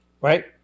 Right